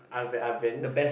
I've been I've been